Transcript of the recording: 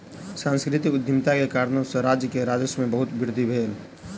सांस्कृतिक उद्यमिता के कारणेँ सॅ राज्य के राजस्व में बहुत वृद्धि भेल